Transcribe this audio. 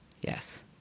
Yes